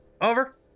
over